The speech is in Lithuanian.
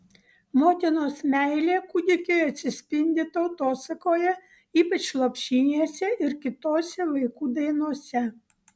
motinos meilė kūdikiui atsispindi tautosakoje ypač lopšinėse ir kitose vaikų dainose